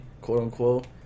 quote-unquote